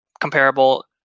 comparable